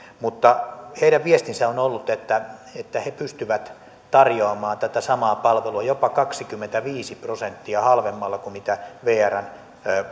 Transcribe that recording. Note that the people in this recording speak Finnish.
mutta heidän viestinsä on ollut että että he pystyvät tarjoamaan tätä samaa palvelua jopa kaksikymmentäviisi prosenttia halvemmalla kuin mitä vrn